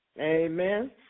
Amen